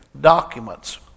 documents